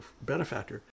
benefactor